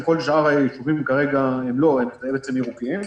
וכל שאר היישובים כרגע הם ירוקים -- כן,